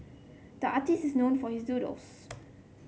the artist is known for his doodles